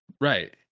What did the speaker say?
Right